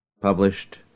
published